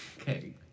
Okay